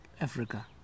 Africa